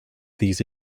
these